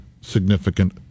significant